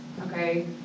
Okay